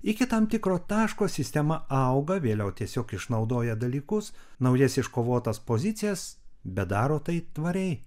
iki tam tikro taško sistema auga vėliau tiesiog išnaudoja dalykus naujas iškovotas pozicijas bet daro tai tvariai